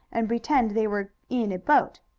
and pretend they were in a boat.